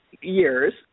years